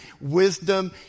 wisdom